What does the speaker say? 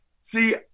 see